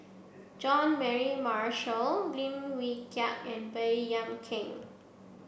Jean Mary Marshall Lim Wee Kiak and Baey Yam Keng